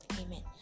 amen